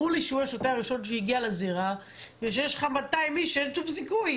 ברור לי שהוא השוטר הראשון שהגיע לזירה ושיש לך 200 איש שאין שום סיכוי,